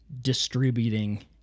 Distributing